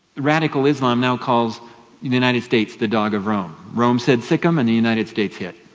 radical islam now calls united states the dog of rome. rome said, sick em, and the united states hit.